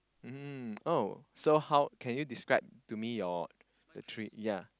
mmhmm oh so how can you describe to me your the tree ya